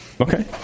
Okay